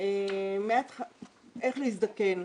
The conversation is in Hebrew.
איך להזדקן.